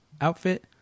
outfit